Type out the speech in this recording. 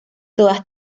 todas